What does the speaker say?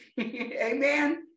Amen